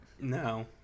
No